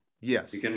Yes